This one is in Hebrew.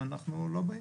אנחנו לא באים.